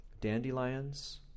dandelions